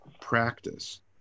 practice